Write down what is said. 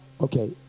Okay